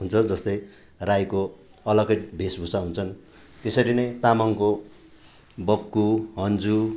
हुन्छ जस्तै राईको अलग्गै वेशभूषा हुन्छन् त्यसरी नै तामाङको बक्खु हन्जु